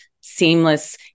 seamless